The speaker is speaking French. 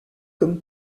comme